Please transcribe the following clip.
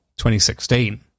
2016